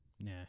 Nah